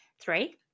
Three